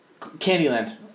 Candyland